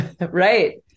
Right